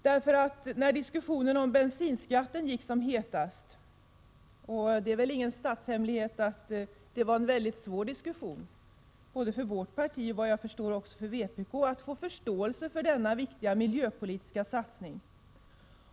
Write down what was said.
Det fördes en het diskussion om bensinskattehöjningen, och det är ingen hemlighet att det både i vårt parti och såvitt jag förstår också i vpk var svårt att få förståelse för denna viktiga miljöpolitiska satsning.